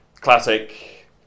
classic